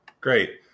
Great